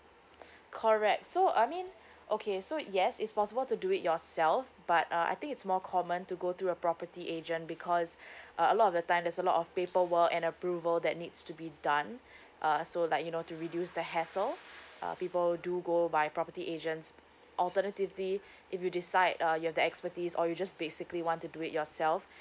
correct so I mean okay so yes is possible to do it yourself but uh I think it's more common to go through a property agent because uh a lot of the time there's a lot of paperwork and approval that needs to be done uh so like you know to reduce the hassle uh people do go by property agents alternatively if you decide uh you have the expertise or you just basically want to do it yourself